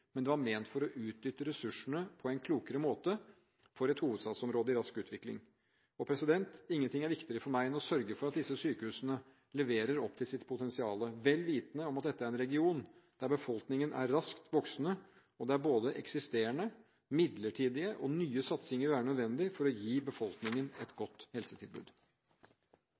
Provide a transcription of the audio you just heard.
men den var ment for å utnytte ressursene på en klokere måte, for et hovedstadsområde i rask utvikling. Ingenting er viktigere for meg enn å sørge for at disse sykehusene leverer opp til sitt potensial, vel vitende om at dette er en region der befolkningen er raskt voksende og der eksisterende, midlertidige og nye satsinger vil være nødvendig for å gi befolkningen et godt helsetilbud.